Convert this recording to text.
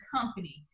company